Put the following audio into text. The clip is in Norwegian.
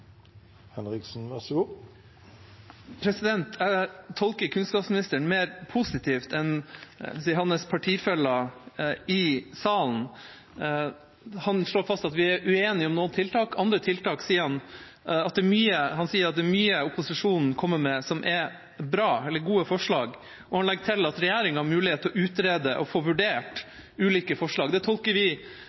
Henriksen har hatt ordet to ganger tidligere og får ordet til en kort merknad, begrenset til 1 minutt. Jeg tolker kunnskapsministeren mer positivt enn hans partifeller i salen. Han slår fast at vi er uenige om noen tiltak. Om andre tiltak sier han at det er mange forslag opposisjonen kommer med, som er gode, og han legger til at regjeringa har mulighet til å utrede og få vurdert ulike forslag. Det tolker vi